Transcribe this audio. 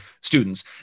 students